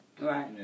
Right